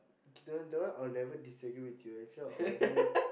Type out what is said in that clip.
the one the one I'll never disagree with you actually honestly